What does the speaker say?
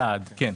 לעד, כן.